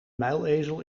muilezel